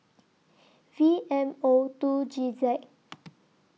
V M O two G Z